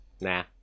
Nah